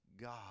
God